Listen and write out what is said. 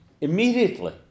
Immediately